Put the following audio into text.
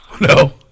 No